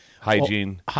Hygiene